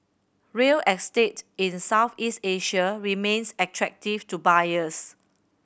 real estate in Southeast Asia remains attractive to buyers